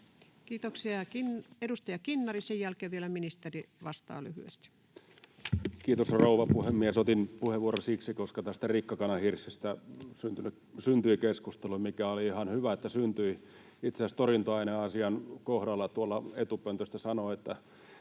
riskien hallinnasta annetun lain muuttamisesta Time: 16:17 Content: Kiitos, rouva puhemies! Otin puheenvuoron siksi, että tästä rikkakanahirssistä syntyi keskustelua — mikä oli ihan hyvä, että syntyi. Itse asiassa torjunta-aineasian kohdalla tuolta etupöntöstä sanoin, että